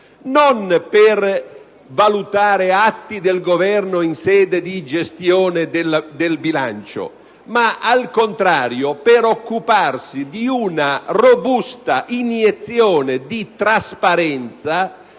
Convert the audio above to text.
non per valutare atti del Governo in sede di gestione del bilancio, ma, al contrario, per occuparsi di una robusta iniezione di trasparenza